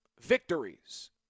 victories